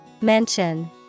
Mention